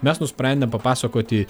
mes nusprendėm papasakoti